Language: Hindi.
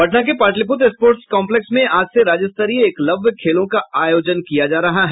पटना के पाटलिपुत्र स्पोर्ट्स कम्प्लेक्स में आज से राज्य स्तरीय एकलव्य खेलों का आयोजन किया जा रहा है